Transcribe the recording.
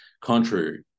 contrary